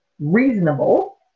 reasonable